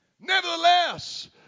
Nevertheless